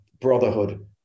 brotherhood